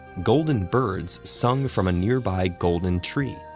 golden birds sung from a nearby golden tree.